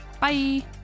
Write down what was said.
bye